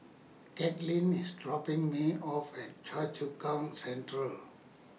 Katelin IS dropping Me off At Choa Chu Kang Central